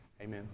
Amen